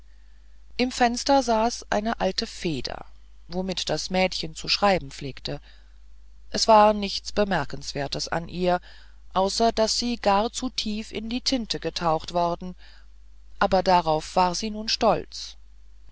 im fenster saß eine alte feder womit das mädchen zu schreiben pflegte es war nichts bemerkenswertes an ihr außer daß sie gar zu tief in die tinte getaucht worden aber darauf war sie nun stolz